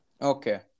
Okay